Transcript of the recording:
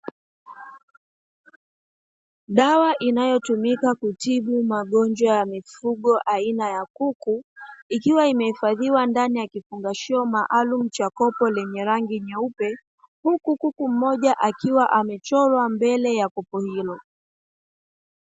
Dawa inayotumika kutibu magonjwa ya mifugo aina ya kuku, ikiwa imehifadhiwa ndani ya kifungashio maalumu cha kopo lenye rangi nyeupe, huku kuku mmoja akiwa amechorwa mbele ya kopo hilo.